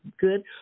good